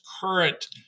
current